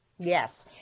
Yes